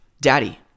Daddy